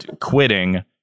quitting